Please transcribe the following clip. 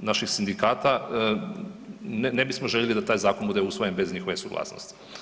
naših sindikata ne bismo voljeli da taj zakon bude usvojen bez njihove suglasnosti.